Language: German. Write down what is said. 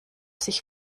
sich